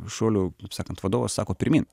šuolių taip sakant vadovas sako pirmyn